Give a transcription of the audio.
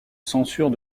censure